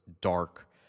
dark